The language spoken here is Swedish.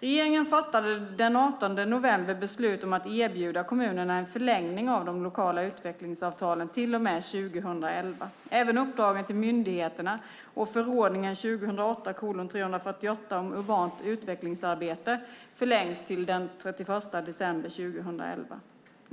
Regeringen fattade den 18 november beslut om att erbjuda kommunerna en förlängning av de lokala utvecklingsavtalen till och med 2011. Även uppdragen till myndigheterna och förordningen om urbant utvecklingsarbete förlängs till den 31 december 2011.